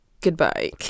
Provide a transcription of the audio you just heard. Goodbye